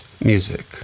music